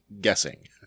guessing